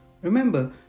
Remember